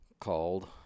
called